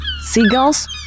seagulls